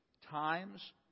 times